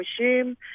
assume